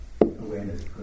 awareness